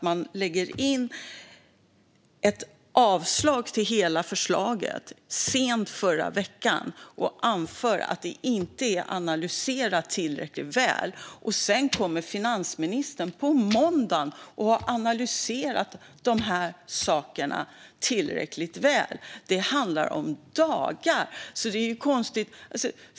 Man lade in ett avslag till hela förslaget sent i förra veckan och anförde att det hela inte var tillräckligt väl analyserat. Sedan kom finansministern på måndagen och hade analyserat dessa frågor tillräckligt väl. Det handlar om dagar.